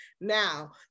Now